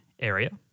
area